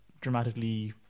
dramatically